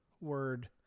word